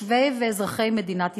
תושבים ואזרחי מדינת ישראל.